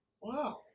Wow